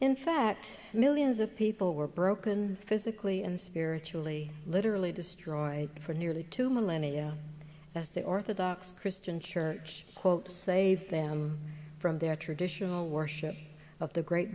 in fact millions of people were broken physically and spiritually literally destroyed for nearly two millennia that's the orthodox christian church quote saved them from their traditional worship of the great